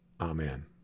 Amen